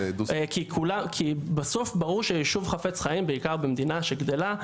כי בסוף ברור שישוב חפץ חיים במדינה שגדלה,